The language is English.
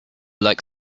like